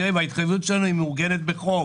ההתחייבות שלנו היא מעוגנת בחוק